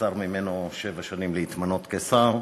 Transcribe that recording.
נבצר ממנו שבע שנים להתמנות לשר.